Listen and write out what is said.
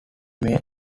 may